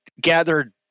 gathered